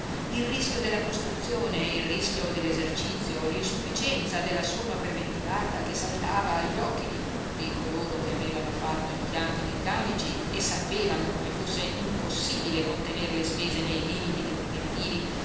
il rischio della costruzione e il rischio dell'esercizio l'insufficienza della somma preventivata che saltava agli occhi di tutti coloro che avevano fatto impianti meccanici e sapevano come fosse impossibile contener le spese nei limiti dei preventivi